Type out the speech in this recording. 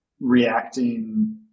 reacting